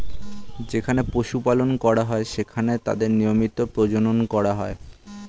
যেখানে পশু পালন করা হয়, সেখানে তাদের নিয়মিত প্রজনন করা হয়